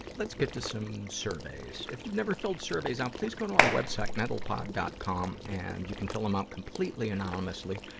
let's get to some surveys. if you never filled surveys out, please go to our web site, mentalpod. com. and you can fill em out completely anonymously.